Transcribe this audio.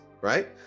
right